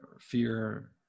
fear